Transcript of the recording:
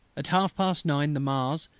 at half past nine the mars,